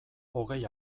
hogei